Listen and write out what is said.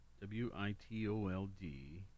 W-I-T-O-L-D